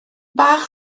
bach